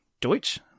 Deutsch